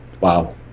Wow